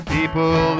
People